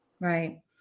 right